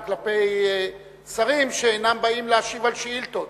כלפי שרים שאינם באים להשיב על שאילתות.